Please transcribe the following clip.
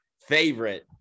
favorite